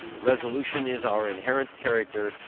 resolution is our inherent character,